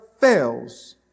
fails